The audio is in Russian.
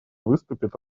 выступит